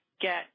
get